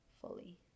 fully